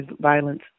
violence